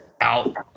out